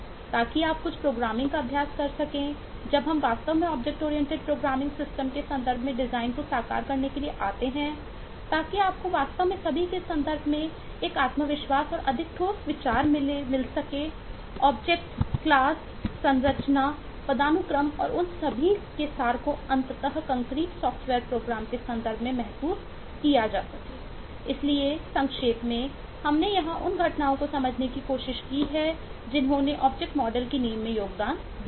ताकि आप कुछ प्रोग्रामिंग का अभ्यास कर सकें जब हम वास्तव में ऑब्जेक्ट ओरिएंटेड प्रोग्रामिंग सिस्टम की नींव में योगदान दिया है